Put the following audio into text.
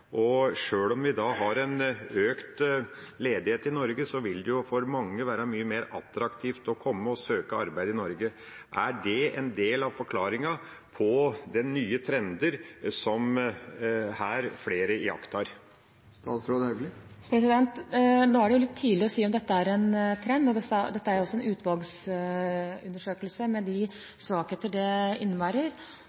Sjøl om vi har en økt ledighet i Norge, vil det for mange være mye mer attraktivt å komme og søke arbeid i Norge. Det jeg vil spørre om, er: Er dette en del av forklaringa på de nye trendene som flere iakttar? Det er litt tidlig å si om dette er en trend. Dette er jo en utvalgsundersøkelse, med de